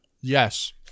Yes